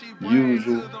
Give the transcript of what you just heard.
usual